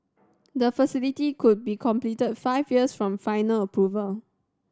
the facility could be completed five years from final approval